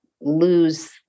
lose